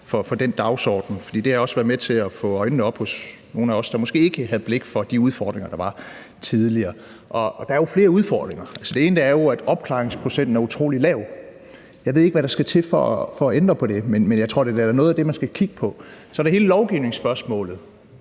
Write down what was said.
for den dagsorden, for det har også været med til at få øjnene op hos nogle af os, der måske ikke havde blik for de udfordringer, der var, tidligere. Der er jo flere udfordringer. En af dem er jo, at opklaringsprocenten er utrolig lav. Jeg ved ikke, hvad der skal til for at ændre på det, men jeg tror da, at det er noget af det, man skal kigge på. Så er der hele lovgivningsspørgsmålet,